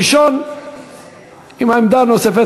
ראשון עם העמדה הנוספת,